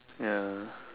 ya